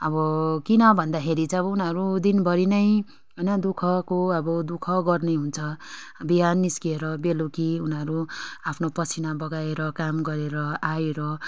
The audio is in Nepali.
अब किन भन्दाखेरि चाहिँ अब उनीहरू दिनभरि नै होइन दु खको अब दु ख गर्ने हुन्छ बिहान निस्केर बेलुकी उनीहरू आफ्नो पसिना बगाएर काम गरेर आएर